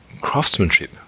craftsmanship